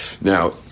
Now